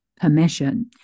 permission